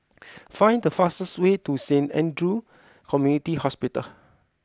find the fastest way to Saint Andrew's Community Hospital